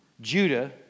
Judah